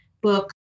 book